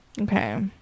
Okay